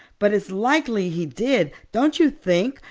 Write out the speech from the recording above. but it's likely he did, don't you think?